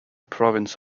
province